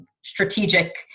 strategic